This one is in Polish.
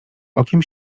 okiem